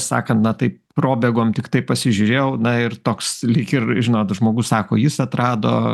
sakan na tai probėgom tiktai pasižiūrėjau na ir toks lyg ir žinot žmogus sako jis atrado